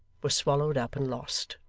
was swallowed up and lost.